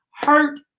hurt